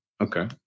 Okay